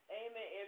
amen